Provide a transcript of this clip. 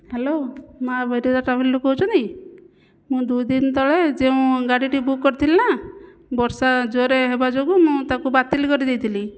hello ମା' ବିରଜା ଟ୍ରାଭେଲ୍ରୁ କହୁଛନ୍ତି ମୁଁ ଦୁଇ ଦିନ ତଳେ ଯେଉଁ ଗାଡ଼ିଟି ବୁକ୍ କରିଥିଲି ନା ବର୍ଷା ଜୋର୍ରେ ହେବା ଯୋଗୁ ମୁଁ ତାକୁ ବାତିଲ୍ କରିଦେଇଥିଲି